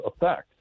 effect